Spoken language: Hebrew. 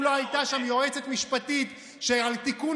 ואם לא הייתה שם יועצת משפטית שעל תיקון